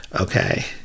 okay